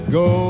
go